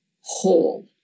whole